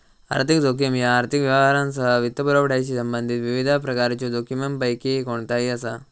आर्थिक जोखीम ह्या आर्थिक व्यवहारांसह वित्तपुरवठ्याशी संबंधित विविध प्रकारच्यो जोखमींपैकी कोणताही असा